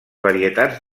varietats